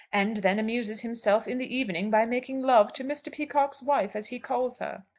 and then amuses himself in the evening by making love to mr. peacocke's wife, as he calls her.